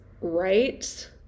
right